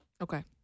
Okay